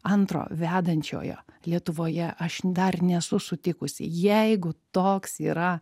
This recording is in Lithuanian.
antro vedančiojo lietuvoje aš dar nesu sutikusi jeigu toks yra